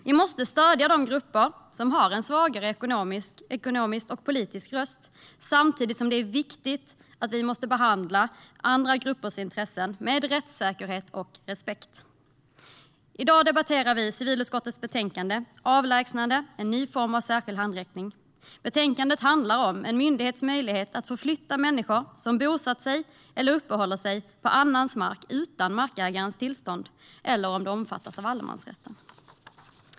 Vi måste stödja de grupper som har en svagare ekonomisk och politisk röst, samtidigt som det är viktigt att behandla andra gruppers intressen med rättssäkerhet och respekt. I dag debatterar vi civilutskottets betänkande Avlägsnande - en ny form av särskild handräckning . Betänkandet handlar om en myndighets möjlighet att förflytta människor som bosatt sig eller uppehåller sig på annans mark utan markägarens tillstånd eller om de omfattas av allemansrätten.